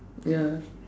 ya